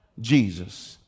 Jesus